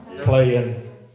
Playing